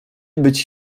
być